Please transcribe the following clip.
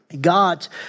god's